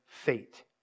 fate